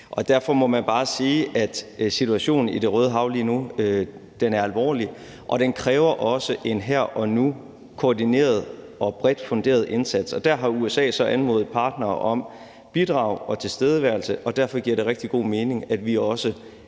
Derfor må man bare sige, at situationen i Det Røde Hav lige nu er alvorlig, og den kræver også en her og nu-indsats, der er koordineret og bredt funderet. Der har USA så anmodet partnere om bidrag og tilstedeværelse, og derfor giver det rigtig god mening, at vi også